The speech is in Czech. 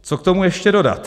Co k tomu ještě dodat?